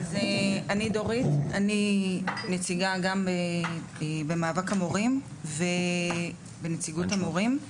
אני נציגה גם במאבק המורים בנציגות המורים.